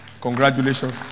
Congratulations